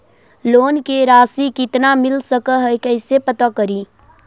Loan के रासि कितना मिल सक है कैसे पता करी?